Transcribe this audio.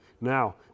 Now